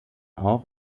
auch